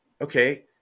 Okay